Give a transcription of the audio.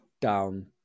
down